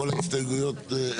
כל ההסתייגויות,